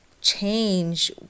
change